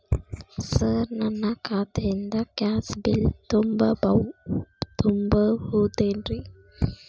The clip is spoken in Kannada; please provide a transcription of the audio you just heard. ಸರ್ ನನ್ನ ಖಾತೆಯಿಂದ ಗ್ಯಾಸ್ ಬಿಲ್ ತುಂಬಹುದೇನ್ರಿ?